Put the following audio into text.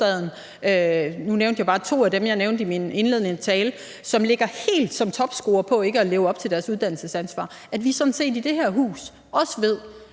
nu nævner jeg bare to af dem, jeg nævnte i min indledende tale – ligger helt som topscorere med hensyn til ikke at leve op til deres uddannelsesansvar. Så der er behov for,